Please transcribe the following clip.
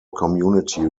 community